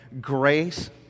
grace